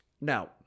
Now